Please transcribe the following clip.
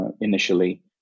initially